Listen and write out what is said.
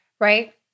right